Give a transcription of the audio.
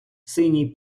синій